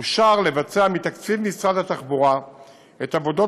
אושר לבצע מתקציב משרד התחבורה את עבודות